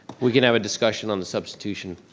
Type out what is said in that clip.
we can have a discussion on the substitution.